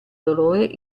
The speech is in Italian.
dolore